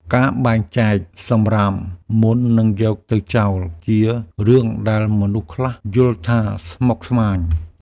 ការបែងចែកសម្រាមមុននឹងយកទៅចោល ជារឿងដែលមនុស្សខ្លះយល់ថាស្មុគស្មាញ។